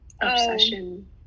obsession